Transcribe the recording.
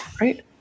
Right